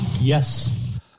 Yes